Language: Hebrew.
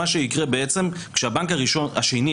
מה שיקרה כשהבנק השני,